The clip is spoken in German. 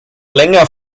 länger